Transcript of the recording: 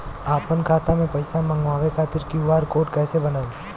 आपन खाता मे पईसा मँगवावे खातिर क्यू.आर कोड कईसे बनाएम?